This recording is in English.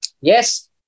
Yes